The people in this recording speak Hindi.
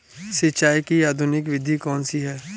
सिंचाई की आधुनिक विधि कौनसी हैं?